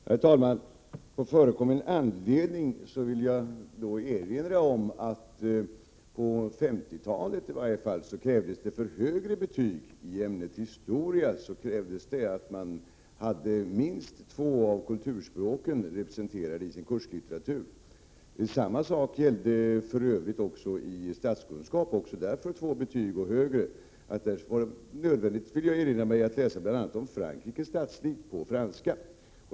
Herr talman! På förekommen anledning vill jag erinra om att det i varje fall på 50-talet för högre i betyg i ämnet historia krävdes att man hade minst två av kulturspråken representerade i sin kurslitteratur. Samma sak gällde för Övrigt i statskunskap, för två betyg och högre. Det var nödvändigt, vill jag erinra mig, att läsa bl.a. om Frankrikes statsskick på franska.